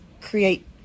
create